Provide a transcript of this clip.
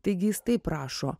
taigi jis taip rašo